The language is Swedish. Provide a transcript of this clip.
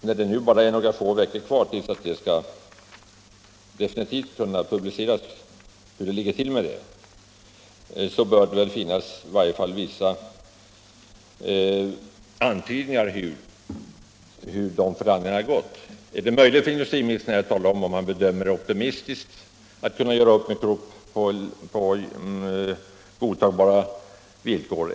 När det nu bara är några få veckor kvar till dess att man definitivt offentligt skall redovisa läget beträffande samarbetet med Krupp bör det finnas i varje fall vissa antydningar om hur det går med dessa förhandlingar. Är det möjligt för industriministern att här tala om huruvida han har en optimistisk bedömning av om man kan göra upp med Krupp på godtagbara villkor?